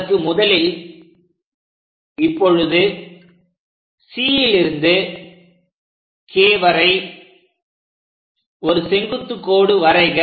அதற்கு முதலில் இப்பொழுது Cலிருந்து K வரை ஒரு செங்குத்து கோடு வரைக